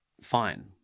fine